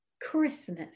Christmas